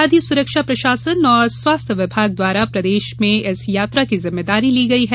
खाद्य सुरक्षा प्रशासन और स्वास्थ्य विभाग द्वारा प्रदेश में इस यात्रा की जिम्मेदारी ली गई है